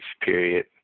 Period